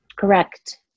correct